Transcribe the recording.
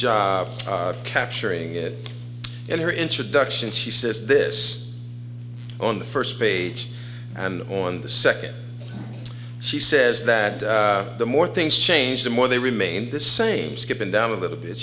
job capturing it in her introduction she says this on the first page and on the second she says that the more things change the more they remain the same skipping down a little bit